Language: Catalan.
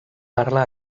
parla